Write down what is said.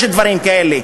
יש דברים כאלה.